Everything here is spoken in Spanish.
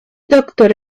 doctor